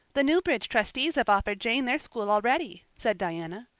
the newbridge trustees have offered jane their school already, said diana.